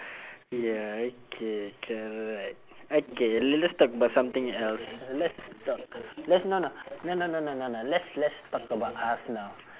ya okay can alright okay le~ let's talk about something else let's talk let's no no no no no no no no let's let's talk about us now